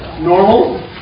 normal